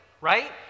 right